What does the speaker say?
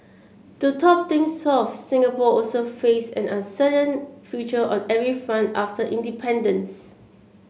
to top things off Singapore also faced an uncertain future on every front after independence